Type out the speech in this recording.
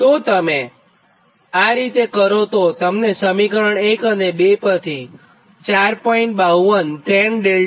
જો તમે આ રીતે કરોતો તમને સમીકરણ 1 અને 2 પરથી 4